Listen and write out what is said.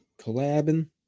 collabing